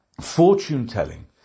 fortune-telling